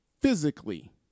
physically